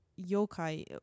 yokai